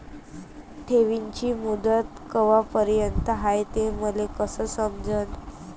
ठेवीची मुदत कवापर्यंत हाय हे मले कस समजन?